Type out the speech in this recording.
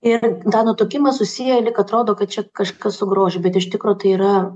ir tą nutukimą susiję lyg atrodo kad čia kažkas su grožiu bet iš tikro tai yra